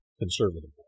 conservative